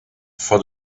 for